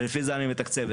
ולפי זה אני מתקצבת.